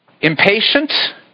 Impatient